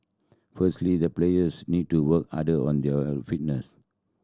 firstly the players need to work harder on their fitness